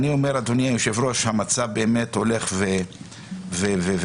אדוני היושב-ראש, המצב הולך ומחמיר,